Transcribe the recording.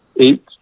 eight